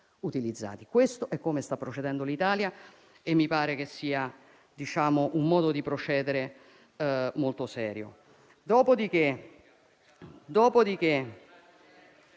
modo in cui sta procedendo l'Italia e mi pare che sia un modo di procedere molto serio.